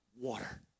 water